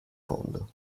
fondo